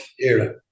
era